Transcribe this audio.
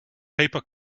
paper